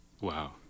Wow